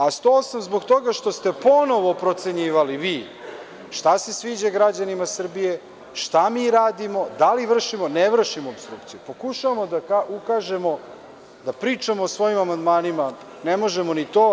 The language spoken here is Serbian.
A 108. zbog toga što ste ponovo procenjivali, vi, šta se sviđa građanima, šta mi radimo, da li vršimo, ne vršimo opstrukciju, pokušavamo da ukažemo, da pričamo o svojim amandmanima, ne možemo ni to.